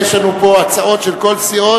יש לנו פה הצעות של כל הסיעות,